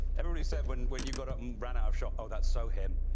everybody said when when you go to run out of shot? oh, that's so him